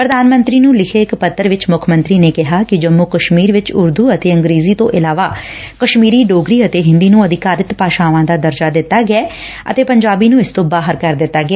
ਪ੍ਰਧਾਨ ਮੰਤਰੀ ਨੂੰ ਲਿਖੇ ਇਕ ਪੱਤਰ ਵਿਚ ਮੁੱਖ ਮੰਤਰੀ ਨੇ ਕਿਹਾ ਕਿ ਜੰਮੁ ਕਸਸੀਰ ਵਿਚ ਉਰਦੁ ਅਤੇ ਅੰਗਰੇਜ਼ੀ ਤੋਂ ਇਲਾਵਾ ਕਸਸੀਰੀ ਡੋਗਰੀ ਅਤੇ ਹਿੰਦੀ ਨੂੰ ਅਧਿਕਾਰਤ ਭਾਸ਼ਾਵਾਂ ਦਾ ਦਰਜਾ ਦਿੱਤਾ ਗਿਐ ਅਤੇ ਪੰਜਾਬੀ ਨੂੰ ਇਸ ਤੋ ਬਾਹਰ ਕਰ ਦਿੱਤਾ ਗਿਆ